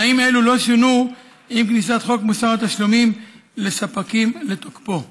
תנאים אלו לא שונו עם כניסת חוק מוסר התשלומים לספקים לתוקפו.